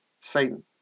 Satan